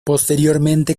posteriormente